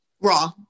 raw